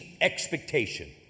expectation